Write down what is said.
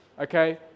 okay